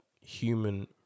human